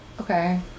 Okay